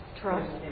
Trust